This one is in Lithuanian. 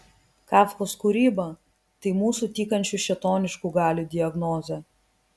kafkos kūryba tai mūsų tykančių šėtoniškų galių diagnozė